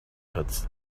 pits